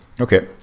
Okay